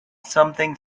something